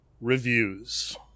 Reviews